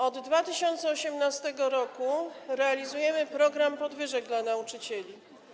Od 2018 r. realizujemy program podwyżek dla nauczycieli.